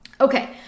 Okay